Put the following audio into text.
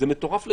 זה מטורף.